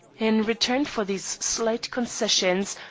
in return for these slight concessions,